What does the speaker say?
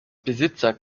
besitzer